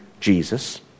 Jesus